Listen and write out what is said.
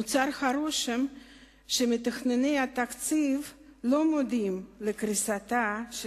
נוצר הרושם שמתכנני התקציב לא מודעים לקריסתה של